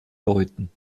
läuten